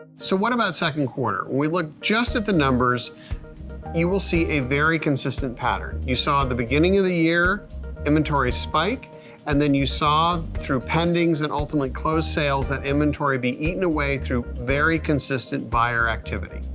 so what about second quarter? when we look just at the numbers you will see a very consistent pattern. you saw at the beginning of the year inventories spiked and then you saw through pendings and ultimately closed sales that inventory be eaten away through very consistent buyer activity.